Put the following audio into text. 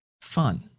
fun